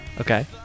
okay